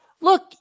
Look